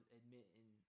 admitting